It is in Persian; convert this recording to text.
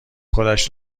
خودش